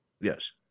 Yes